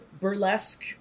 burlesque